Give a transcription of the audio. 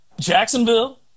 Jacksonville